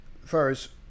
first